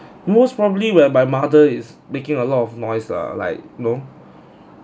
most probably when my mother is making a lot of noise lah like you know